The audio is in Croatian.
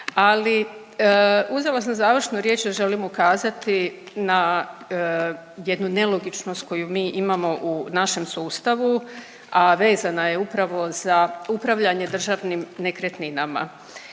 ali uzela sam završnu riječ jer želim ukazati na jednu nelogičnost koju mi imamo u našem sustavu, a vezana je upravo za upravljanje državnim nekretninama.